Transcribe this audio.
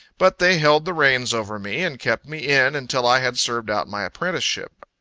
but they held the reins over me, and kept me in, until i had served out my apprenticeship.